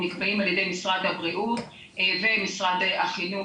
נקבעים על ידי משרד הבריאות ומשרד החינוך